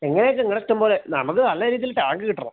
എങ്ങനേച്ചാ നിങ്ങള ഇഷ്ടം പോലെ നമ്മക്ക് നല്ല രീതിയില് ടാങ്ക് കിട്ടണം